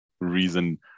reason